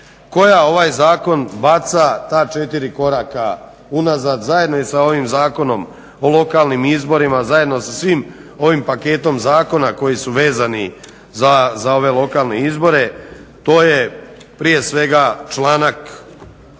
koja ovaj zakon baca ta 4 koraka unazad zajedno i sa ovim zakonom o lokalnim izborima zajedno sa svim ovim paketom zakona koji su vezani za ove lokalne izbore to je prije svega članak